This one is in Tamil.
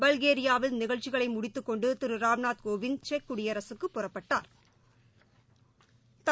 பல்கேரியாவில் நிகழ்ச்சிகளை முடித்துக் கொண்டு திரு ராம்நாத் கோவிந்த் செக் குடியரசு புறப்பட்டுச் சென்றார்